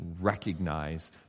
recognize